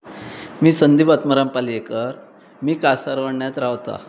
मी संदीप आत्माराम पालयेकर मी कासारवण्यांत रावतां